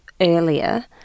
earlier